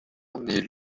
nait